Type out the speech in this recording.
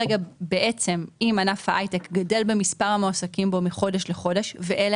בעצם אם ענף ההייטק גדל במספר המועסקים בו מחודש לחודש ואלה